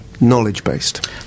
knowledge-based